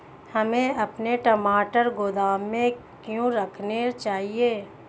हमें अपने टमाटर गोदाम में क्यों रखने चाहिए?